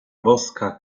boska